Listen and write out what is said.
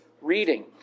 reading